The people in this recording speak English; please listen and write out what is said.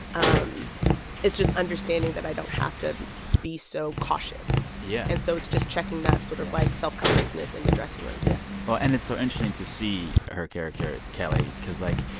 um it's just understanding that i don't have to be so cautious yeah and so it's just checking that sort of. yeah. like, self-consciousness in the dressing room yeah. well, and it's so interesting to see her character, kelli, because, like,